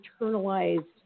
internalized